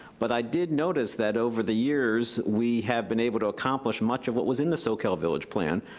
but i did notice that over the years, we have been able to accomplish much of what was in the soquel village plan,